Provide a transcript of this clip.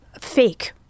fake